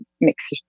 mix